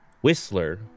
Whistler